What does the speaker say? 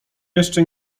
jeszcze